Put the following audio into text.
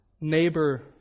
neighbor